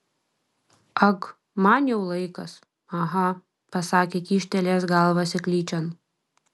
ag man jau laikas aha pasakė kyštelėjęs galvą seklyčion